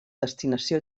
destinació